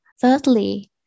Thirdly